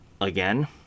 again